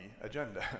agenda